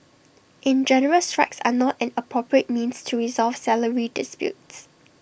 in general strikes are not an appropriate means to resolve salary disputes